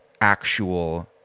actual